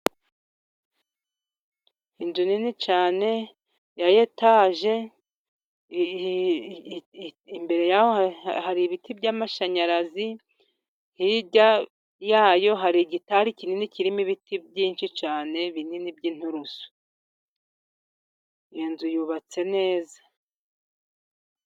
Inzu nini cyane ya etaje, imbere yaho hari ibiti by'amashanyarazi, hirya yayo hari igitari kinini kirimo ibiti byinshi cyane, binini by'ininturusu. Iyo nzu yubatse neza.